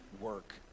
work